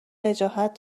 وجاهت